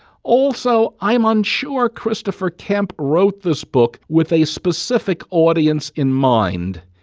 also, i'm unsure christopher kemp wrote this book with a specific audience in mind.